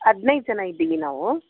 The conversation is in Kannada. ಹದಿನೈದು ಜನ ಇದ್ದೀವಿ ನಾವು